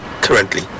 currently